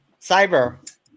Cyber